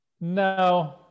No